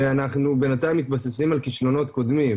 ואנחנו בינתיים מתבססים על כשלונות קודמים.